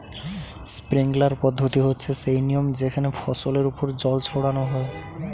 sprinkler পদ্ধতি হচ্ছে সেই নিয়ম যেখানে ফসলের ওপর জল ছড়ানো হয়